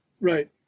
Right